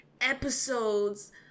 episodes